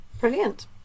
Brilliant